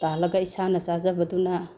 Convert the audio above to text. ꯇꯥꯜꯂꯒ ꯏꯁꯥꯅ ꯆꯥꯖꯕꯗꯨꯅ